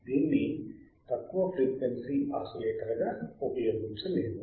దీన్ని తక్కువ ఫ్రీక్వెన్సీ ఆసిలేటర్గా ఉపయోగించలేము